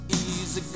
easy